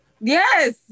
Yes